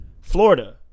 Florida